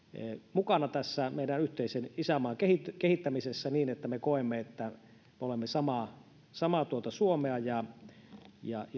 mukana tässä meidän yhteisen isänmaamme kehittämisessä niin että me koemme että olemme samaa samaa suomea ja ja